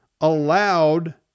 allowed